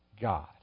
God